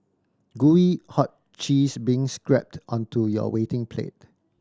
gooey hot cheese being scrapped onto your waiting plate